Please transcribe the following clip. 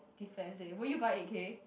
give friends leh will you buy eight K